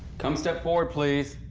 come step forward, please.